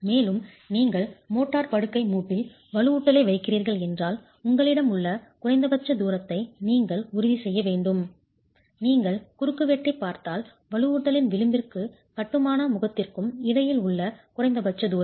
மேலும் நீங்கள் மோர்ட்டார் படுக்கை மூட்டில் வலுவூட்டலை வைக்கிறீர்கள் என்றால் உங்களிடம் உள்ள குறைந்தபட்ச தூரத்தை நீங்கள் உறுதி செய்ய வேண்டும் நீங்கள் குறுக்குவெட்டைப் பார்த்தால் வலுவூட்டலின் விளிம்பிற்கும் கட்டுமான முகத்திற்கும் இடையில் உள்ள குறைந்தபட்ச தூரம்